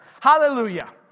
Hallelujah